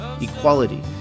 equality